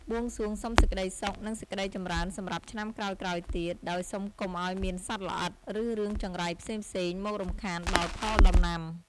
បួងសួងសុំសេចក្តីសុខ និងសេចក្តីចម្រើនសម្រាប់ឆ្នាំក្រោយៗទៀត ដោយសុំកុំឱ្យមានសត្វល្អិត ឬរឿងចង្រៃផ្សេងៗមករំខានដល់ផលដំណាំ។